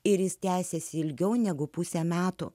ir jis tęsiasi ilgiau negu pusę metų